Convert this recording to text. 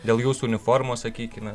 dėl jūsų uniformos sakykime